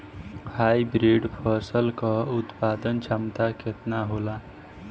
Hybrid फसल क उत्पादन क्षमता केतना होला?